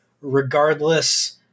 regardless